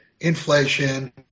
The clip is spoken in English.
inflation